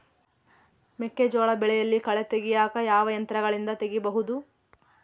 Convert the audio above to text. ಮೆಕ್ಕೆಜೋಳ ಬೆಳೆಯಲ್ಲಿ ಕಳೆ ತೆಗಿಯಾಕ ಯಾವ ಯಂತ್ರಗಳಿಂದ ತೆಗಿಬಹುದು?